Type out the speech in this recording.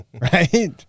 Right